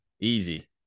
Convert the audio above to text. Easy